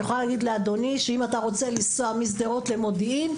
אני יכולה להגיד לאדוני שאם אתה רוצה לנסוע משדרות למודיעין,